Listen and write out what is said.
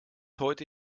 heute